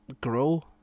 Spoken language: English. grow